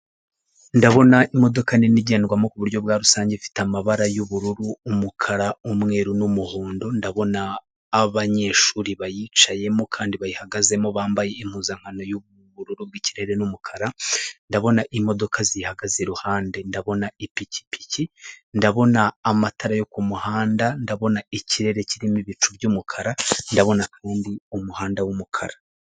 Umukandida wiyamamariza kuba perezida wa repubulika w'ishyaka rya green gurini pate Frank Habineza ari kwiyamamaza abanyamakuru bagenda bamufotora abamwungirije n'abamuherekeje bamugaragiye abaturage bitabiriye inyuma ya senyegi yaho ari bitabiriye baje kumva ibyo abagezaho.